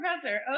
professor